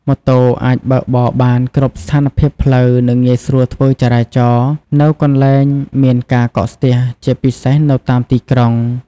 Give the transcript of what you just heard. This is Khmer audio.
ម៉ូតូអាចបើកបរបាន គ្រប់ស្ថានភាពផ្លូវ និងងាយស្រួលធ្វើចរាចរណ៍នៅកន្លែងមានការកកស្ទះ ជាពិសេសនៅតាមទីក្រុង ។